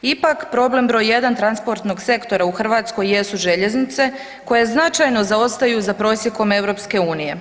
Ipak problem br. 1 transportnog sektora u Hrvatskoj jesu željeznice koje značajno zaostaju za prosjekom EU.